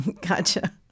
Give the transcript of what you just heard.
gotcha